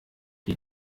die